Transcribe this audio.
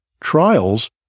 trials